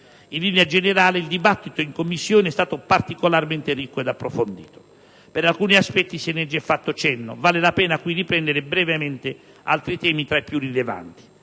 In linea generale, il dibattito in Commissione è stato particolarmente ricco e approfondito. Per alcuni aspetti se ne è fatto già cenno. Vale la pena qui riprendere brevemente altri temi tra i più rilevanti.